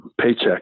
Paycheck